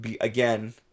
again